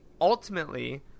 ultimately